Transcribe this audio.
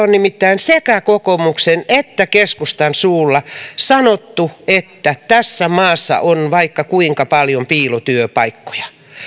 on nimittäin sekä kokoomuksen että keskustan suulla sanottu että tässä maassa on vaikka kuinka paljon piilotyöpaikkoja